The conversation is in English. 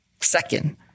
Second